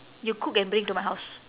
you cook and bring to my house